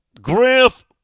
Griff